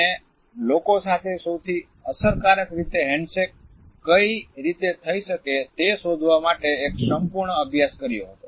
તેને લોકો સાથે સૌથી અસરકારક રીતે હેન્ડશેક કઈ રીતે થઈ શકે તે શોધવા માટે એક સંપૂર્ણ અભ્યાસ શરૂ કર્યો હતો